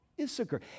Issachar